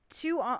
two